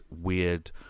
weird